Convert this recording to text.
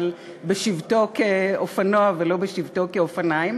אבל בשבתו כאופנוע ולא בשבתו כאופניים.